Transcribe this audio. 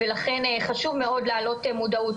ולכן חשוב מאוד להעלות מודעות,